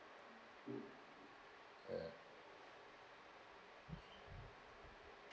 ya